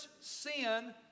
sin